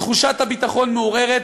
תחושת הביטחון מעורערת,